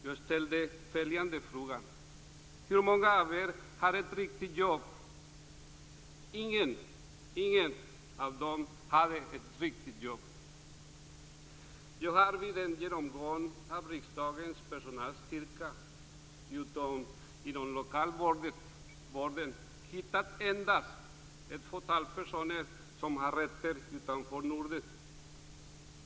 Jag ställde följande fråga: Hur många av er har ett riktigt jobb? Ingen av dem hade ett riktigt jobb. Jag har vid en genomgång av riksdagens personalstyrka, utom lokalvården, hittat endast ett fåtal personer som har rötter utanför Norden.